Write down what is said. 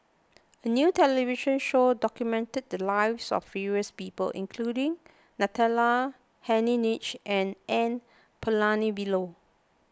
a new television show documented the lives of various people including Natalie Hennedige and N Palanivelu